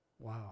Wow